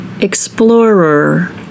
Explorer